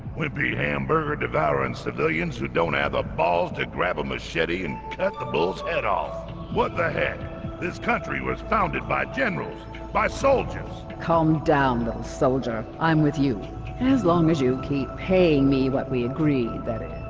wimpy hamburger devour and civilians who don't have the balls to grab a machete and the bull's head off what the head this country was founded by generals by soldiers calm down those soldier i'm with you as long as you keep paying me what we agreed that is